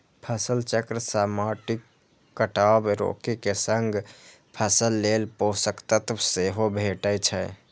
फसल चक्र सं माटिक कटाव रोके के संग फसल लेल पोषक तत्व सेहो भेटै छै